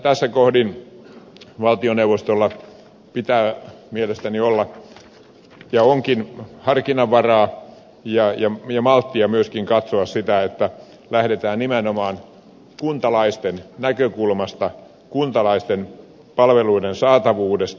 tässä kohdin valtioneuvostolla pitää mielestäni olla ja onkin harkinnanvaraa ja malttia myöskin katsoa sitä että lähdetään nimenomaan kuntalaisten näkökulmasta kuntalaisten palveluiden saatavuudesta